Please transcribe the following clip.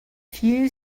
few